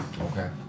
Okay